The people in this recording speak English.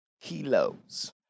kilos